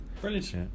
Brilliant